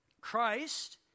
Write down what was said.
Christ